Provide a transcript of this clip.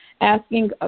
asking